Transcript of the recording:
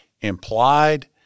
implied